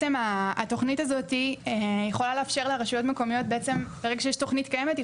ברגע שיש תוכנית קיימת,